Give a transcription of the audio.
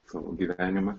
savo gyvenimą